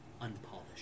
unpolished